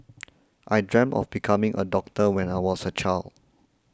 I dreamt of becoming a doctor when I was a child